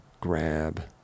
Grab